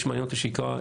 מי שמעניין אותו שיקרא,